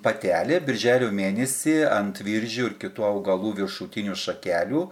patelė birželio mėnesį ant viržių ir kitų augalų viršutinių šakelių